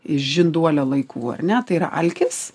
žinduolio laikų ar ne tai yra alkis